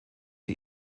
die